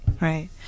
Right